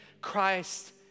Christ